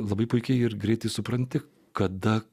labai puikiai ir greitai supranti kada